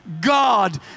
God